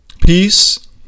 peace